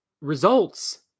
results